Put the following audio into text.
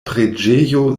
preĝejo